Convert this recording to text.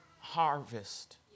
harvest